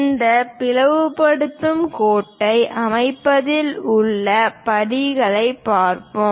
இந்த பிளவுபடுத்தும் கோட்டை அமைப்பதில் உள்ள படிகளைப் பார்ப்போம்